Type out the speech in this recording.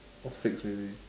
all fixed already